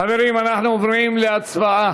חברים, אנחנו עוברים להצבעה.